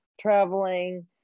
traveling